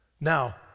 Now